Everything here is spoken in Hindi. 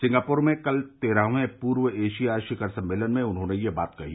सिंगापुर में कल तेरहवें पूर्व एशिया शिखर सम्मेलन में उन्होंने यह बात कही